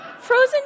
Frozen